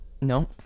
No